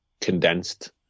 condensed